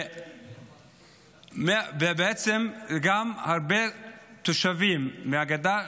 גם הרבה תושבים מהגדה,